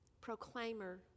proclaimer